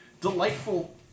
delightful